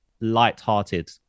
lighthearted